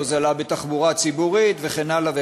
הוזלה בתחבורה הציבורית וכן הלאה.